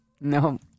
no